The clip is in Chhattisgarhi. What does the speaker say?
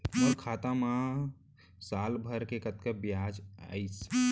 मोर खाता मा साल भर के कतका बियाज अइसे?